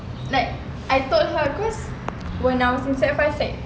like I told her cause when I was in when I was in sec five sec